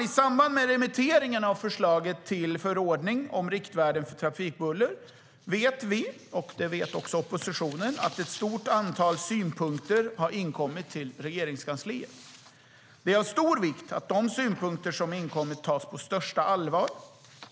I samband med remitteringen av förslaget till förordning om riktvärden för trafikbuller vet vi - och det vet också oppositionen - att ett stort antal synpunkter har inkommit till Regeringskansliet. Det är av stor vikt att de synpunkter som inkommit tas på största allvar.